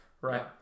Right